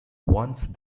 once